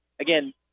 Again